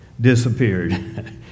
disappeared